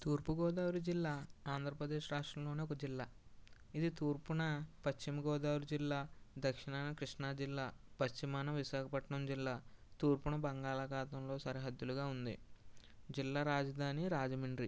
తూర్పుగోదావరి జిల్లా ఆంధ్రప్రదేశ్ రాష్ట్రంలో ఒక జిల్లా ఇది తూర్పున పశ్చిమగోదావరి జిల్లా దక్షిణాన కృష్ణా జిల్లా పశ్చిమాన విశాఖపట్నం జిల్లా తూర్పున బంగాళాఖాతంలో సరిహద్దులుగా ఉంది జిల్లా రాజధాని రాజమండ్రి